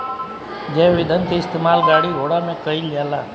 जैव ईंधन के इस्तेमाल गाड़ी घोड़ा में कईल जाला